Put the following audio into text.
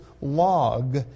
log